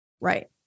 Right